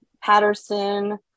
Patterson